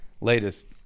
latest